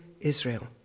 Israel